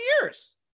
years